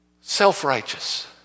Self-righteous